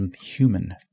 human